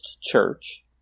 church